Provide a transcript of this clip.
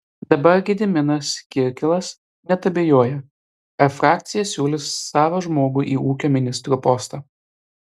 dabar gediminas kirkilas net abejoja ar frakcija siūlys savą žmogų į ūkio ministro postą